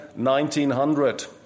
1900